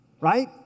right